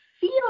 feel